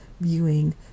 viewing